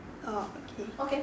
oh okay